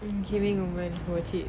in giving women